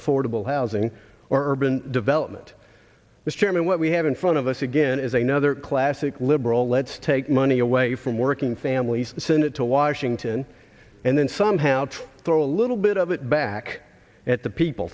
affordable housing or urban development the chairman what we have in front of us again is another classic liberal let's take money away from working families send it to washington and then somehow to throw a little bit of it back at the people